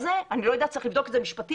אני לא יודעת צריך לבדוק את זה משפטית,